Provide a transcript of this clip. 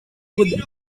would